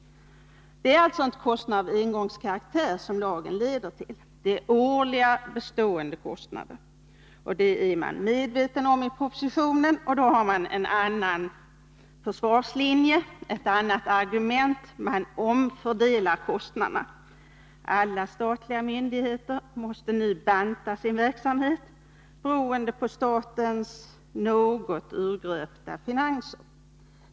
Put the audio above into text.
Det är alltså inte kostnader av engångskaraktär som lagen leder till. Det är årliga, bestående kostnader. Detta är man medveten om i propositionen, och då har man en annan försvarslinje, ett annat argument: man omfördelar kostnaderna. Alla statliga myndigheter måste nu banta sin verksamhet, beroende på statens något urgröpta finanser.